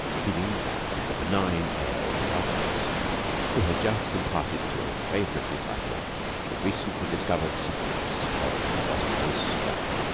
he leaned back with the benign air of the alchemist who has just imparted to a favorite disciple the recently discovered secret of the philosopher's stone.